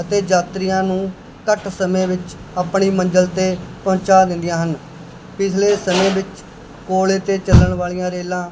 ਅਤੇ ਯਾਤਰੀਆਂ ਨੂੰ ਘੱਟ ਸਮੇਂ ਵਿੱਚ ਆਪਣੀ ਮੰਜ਼ਿਲ 'ਤੇ ਪਹੁੰਚਾ ਦਿੰਦੀਆਂ ਹਨ ਪਿਛਲੇ ਸਮੇਂ ਵਿੱਚ ਕੋਲੇ 'ਤੇ ਚੱਲਣ ਵਾਲੀਆਂ ਰੇਲਾਂ